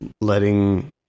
letting